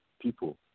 people